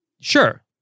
Sure